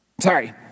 sorry